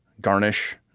garnish